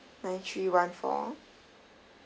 nine three one four